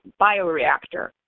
bioreactor